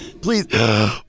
please